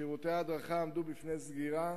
שירותי ההדרכה עמדו בפני סגירה,